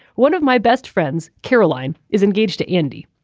one of my best friends caroline is engaged to andy.